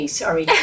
sorry